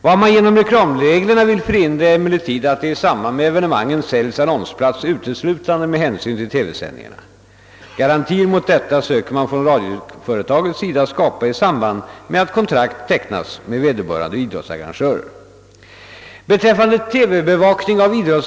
Vad man genom reklamreglerna vill förhindra är emellertid, att det i samband med evenemangen säljs annonsplats uteslutande med hänsyn till TV-sändningarna. Garantier mot detta söker man från radioföretagets sida skapa i samband med att kontrakt tecknas med vederbörande idrottsarrangörer.